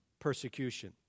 persecution